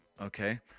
okay